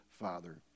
father